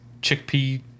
chickpea